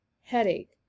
headache